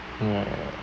right